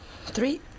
Three